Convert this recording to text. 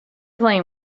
playing